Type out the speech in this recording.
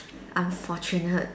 unfortunate